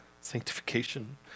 sanctification